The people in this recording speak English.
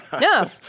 no